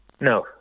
no